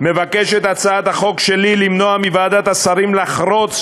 מבקשת הצעת החוק שלי למנוע מוועדת השרים לחרוץ